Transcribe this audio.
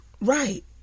Right